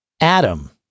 Adam